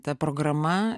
ta programa